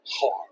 hard